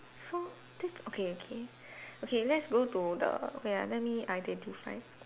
so diff~ okay okay okay let's go to the wait ah let me identify